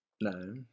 No